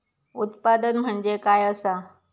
उत्पादन म्हणजे काय असा?